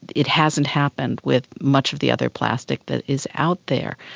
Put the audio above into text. it hasn't happened with much of the other plastic that is out there.